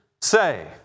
say